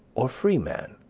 or free man,